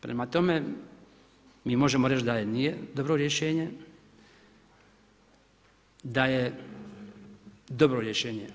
Prema tome mi možemo reći da nije dobro rješenje, da je dobro rješenje.